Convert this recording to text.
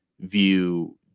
view